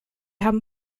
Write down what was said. haben